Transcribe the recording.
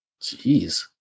Jeez